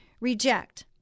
Reject